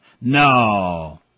No